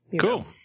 cool